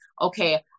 okay